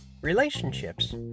relationships